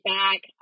back